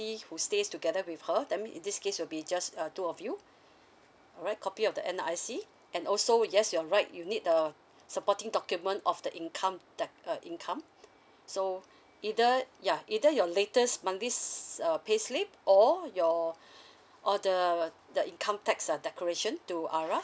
who stays together with her that mean in this case will be just uh two of you alright copy of the N_R_I_C and also yes you're right you need a supporting document of the income that uh income so either ya either your latest monthly uh payslip or your or the the income tax the declaration to I_R_A_S